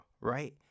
right